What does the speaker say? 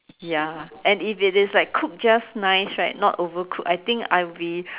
ya and if it is like cooked just nice right not overcooked I think I would be